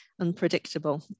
unpredictable